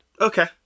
Okay